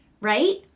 right